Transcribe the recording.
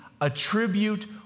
attribute